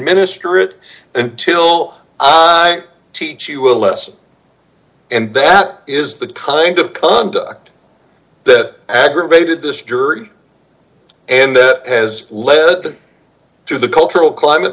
minister it until i teach you a lesson and that is the kind of conduct that aggravated this jury and that has led to the cultural climate